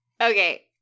Okay